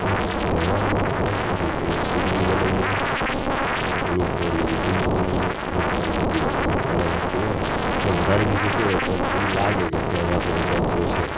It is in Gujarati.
આ ત તહેવારમાં આપણે શું છે કે સ્વીટ બી બનાવીએ થોડુંક નમકીન બી બનાવીએ અને સ્પાઈસી બી બનાવીએ ત્રણેય વસ્તુ હોય એટલે વધારે ડીશીસ હોય ત્યારે થોડું લાગે કે તહેવારનો ટેમ્પો છે